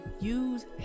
use